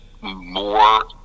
more